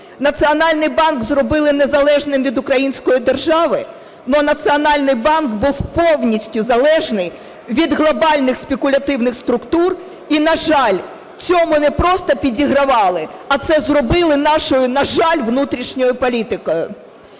Національний банк зробили незалежним від української держави, але Національний банк був повністю залежний від глобальних спекулятивних структур, і, на жаль, цьому непросто підігравали, а це зробили нашою, на жаль, внутрішньою політикою.